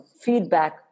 feedback